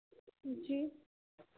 जी